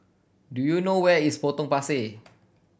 do you know where is Potong Pasir